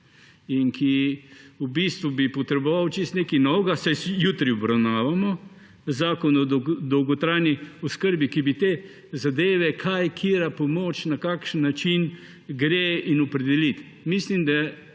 in v bistvu bi potrebovali čisto nekaj novega, saj jutri obravnavamo zakon o dolgotrajni oskrbi, ki bi te zadeve, kaj, katera pomoč, na kakšen način gre, moral opredeliti. V tem zakonu